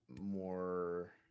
more